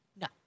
No